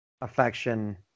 affection